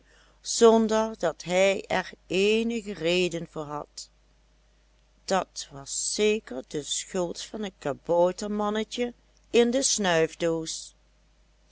zonder dat hij er eenige reden voor had dat was zeker de schuld van het kaboutermannetje in de snuifdoos